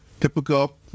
typical